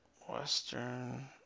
Western